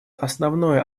основное